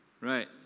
Right